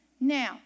Now